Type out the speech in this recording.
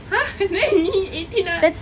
!huh! then நீ:nee eighteen ah